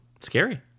Scary